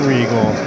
Regal